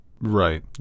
right